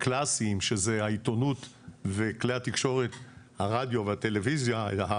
הקלאסיים שזה העיתונות וכלי התקשורת הרדיו והטלוויזיה הוא